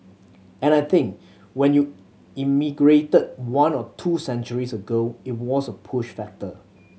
and I think when you emigrated one or two centuries ago it was a push factor